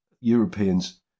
Europeans